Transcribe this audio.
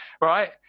Right